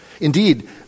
Indeed